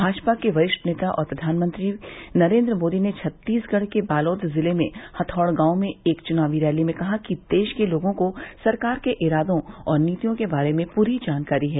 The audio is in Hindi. भाजपा के वरिष्ठ नेता और प्रधानमंत्री नरेन्द्र मोदी ने छत्तीसगढ़ के बालोद जिले में हथौड़ गांव में एक चुनावी रैली में कहा कि देश के लोगों को सरकार के इरादों और नीतियों के बारे में पूरी जानकारी है